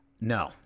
No